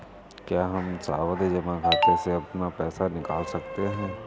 क्या हम सावधि जमा खाते से अपना पैसा निकाल सकते हैं?